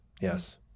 Yes